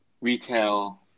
retail